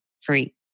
free